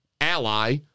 ally